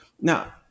Now